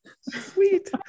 sweet